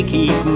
Keep